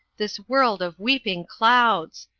this world of weeping clouds!